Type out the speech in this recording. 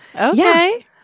Okay